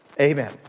Amen